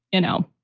you know,